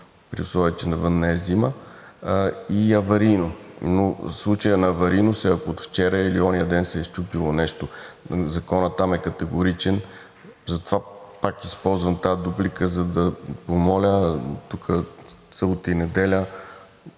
при условие че навън не е зима, и аварийно, но случаят на аварийност е, ако вчера или онзиден се е счупило нещо. Законът там е категоричен. Затова пак използвам тази дуплика, за да помоля тук събота и неделя